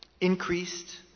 increased